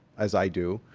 as i do,